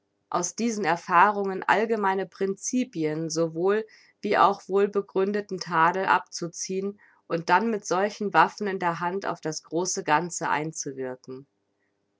aus diesen erfahrungen allgemeine principien sowohl wie auch wohlbegründeten tadel abzuziehen und dann mit solchen waffen in der hand auf das große ganze einzuwirken